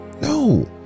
No